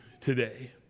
today